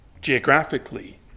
geographically